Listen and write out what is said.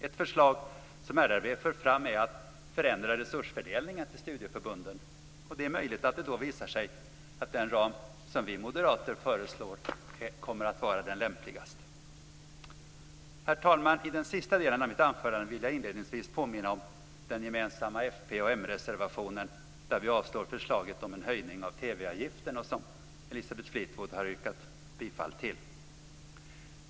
Ett förslag som RRV för fram är att förändra resursfördelningen till studieförbunden. Det är möjligt att det då visar sig att den ram som vi moderater föreslår kommer att vara den lämpligaste. Herr talman! I den sista delen av mitt anförande vill jag inledningsvis påminna om den gemensamma fp-m-reservationen där vi avstyrker förslaget om en höjning av TV-avgiften och som Elisabeth Fleetwood har yrkat bifall till.